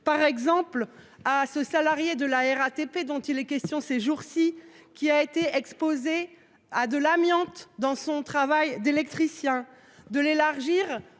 régime de ce salarié de la RATP, dont il est question ces jours-ci et qui a été exposé à de l'amiante dans son travail d'électricien, aux